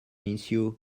issue